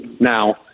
now